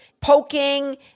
poking